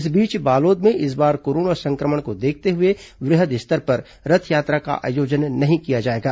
इस बीच बालोद में इस बार कोरोना सं क्र मण को देखते हए वृहद स्तर पर रथयात्रा का आयोजन नहीं किया जाएगा